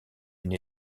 une